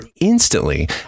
instantly